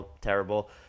terrible